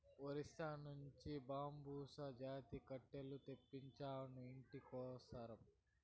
ఒరిస్సా నుంచి బాంబుసా జాతి కట్టెలు తెప్పించినాను, ఇంటి కోసరం